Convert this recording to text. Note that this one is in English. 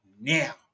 now